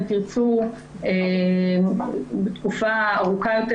אם תרצו תקופה ארוכה יותר,